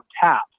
tap